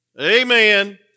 amen